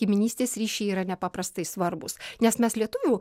giminystės ryšiai yra nepaprastai svarbūs nes mes lietuvių